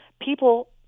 people